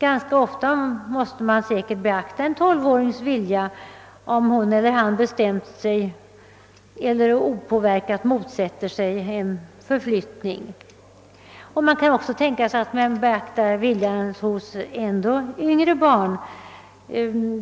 Ganska ofta måste man säkerligen beakta en tolvårings vilja, om han eller hon motsätter sig en förflyttning. Man kan också tänka sig att beakta viljan hos ännu yngre barn.